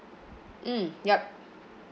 mm yup